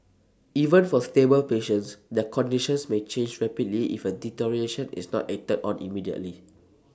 even for stable patients their conditions may change rapidly if A deterioration is not acted on immediately